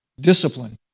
discipline